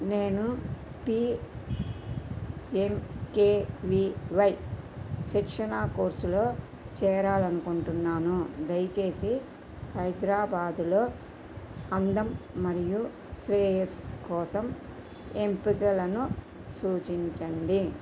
నేను P M K V Y శిక్షణా కోర్స్లో చేరాలనుకుంటున్నాను దయచేసి హైదరాబాదులో అందం మరియు శ్రేయస్సు కోసం ఎంపికలను సూచించండి